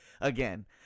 again